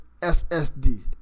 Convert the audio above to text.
SSD